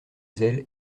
zèle